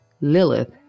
Lilith